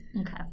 Okay